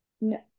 no